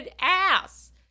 ass